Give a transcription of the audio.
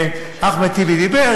אחמד טיבי דיבר,